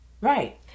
Right